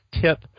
tip